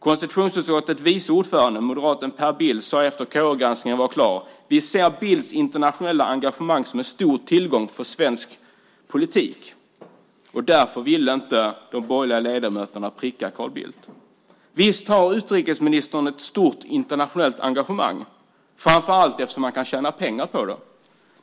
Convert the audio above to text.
Konstitutionsutskottets vice ordförande, moderaten Per Bill, sade efter det att KU-granskningen var klar: "Vi ser Bildts internationella engagemang som en stor tillgång för svensk politik." Därför ville de borgerliga ledamöterna inte pricka Carl Bildt. Visst har utrikesministern ett stort internationellt engagemang, framför allt därför att han kan tjäna pengar på det.